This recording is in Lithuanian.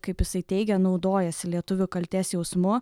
kaip jisai teigia naudojasi lietuvių kaltės jausmu